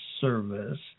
service